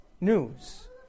news